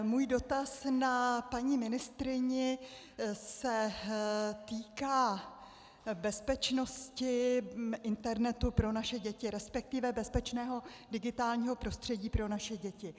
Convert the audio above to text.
Můj dotaz na paní ministryni se týká bezpečnosti internetu pro naše děti, respektive bezpečného digitálního prostředí pro naše děti.